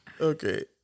Okay